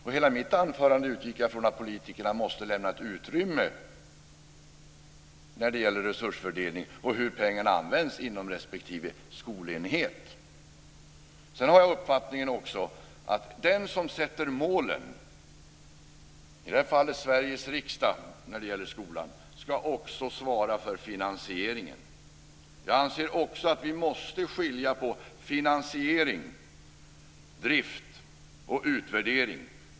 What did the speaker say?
I hela mitt anförande utgick jag från att politikerna måste lämna ett utrymme när det gäller resursfördelning och hur pengarna används inom respektive skolenhet. Jag har också den uppfattningen att den instans som sätter upp målen, när det gäller skolan Sveriges riksdag, också ska svara för finansieringen. Jag anser också att vi måste skilja på finansiering, drift och utvärdering.